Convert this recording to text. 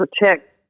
protect